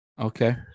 Okay